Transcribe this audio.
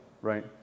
right